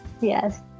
Yes